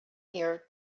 here